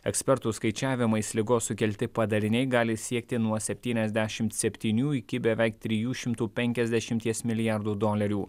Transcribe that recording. ekspertų skaičiavimais ligos sukelti padariniai gali siekti nuo septyniasdešimt septynių iki beveik trijų šimtų penkiasdešimties milijardų dolerių